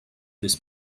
this